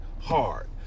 hard